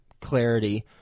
clarity